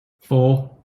four